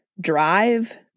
drive